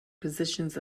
positions